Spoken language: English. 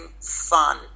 fun